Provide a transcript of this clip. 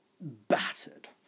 battered